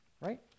Right